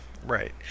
Right